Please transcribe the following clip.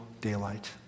daylight